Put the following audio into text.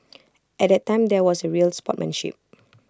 at that time there was A real sportsmanship